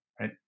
right